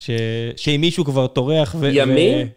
שאם מישהו כבר טורח ו... ימין.